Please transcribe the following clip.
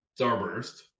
Starburst